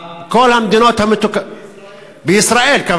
כל המדינות המתוקנות, בישראל.